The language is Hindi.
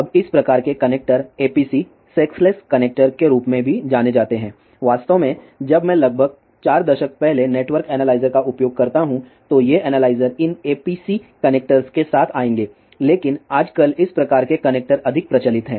अब इस प्रकार के कनेक्टर APC सेक्सलेस कनेक्टर के रूप में भी जाने जाते हैं वास्तव में जब मैं लगभग 4 दशक पहले नेटवर्क एनालाइजर का उपयोग करता हूं तो ये एनालाइजर इन APC कनेक्टर्स के साथ आएंगे लेकिन आजकल इस प्रकार के कनेक्टर अधिक प्रचलित हैं